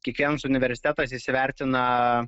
kitiems universitetas įsivertina